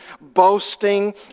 boasting